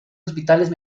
hospitales